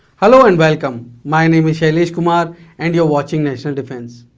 hello and welcome. my name is shailesh kumar and you are watching national defence.